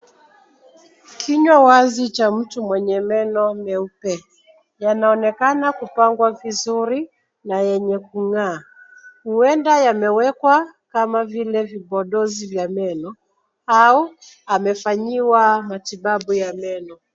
Kinywa wazi cha mtu mwenye meno meupe, yanaonekana kupangwa vizuri na yenye kung'aa. Huenda yamewekwa kama vile vipodozi vya meno au amefanyiwa matibabu ya meno.